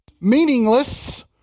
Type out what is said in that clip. meaningless